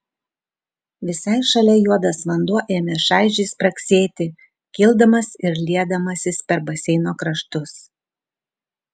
visai šalia juodas vanduo ėmė šaižiai spragsėti kildamas ir liedamasis per baseino kraštus